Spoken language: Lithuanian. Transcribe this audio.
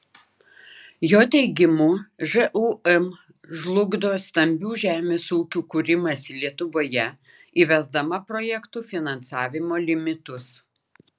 jo teigimu žūm žlugdo stambių žemės ūkių kūrimąsi lietuvoje įvesdama projektų finansavimo limitus